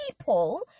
people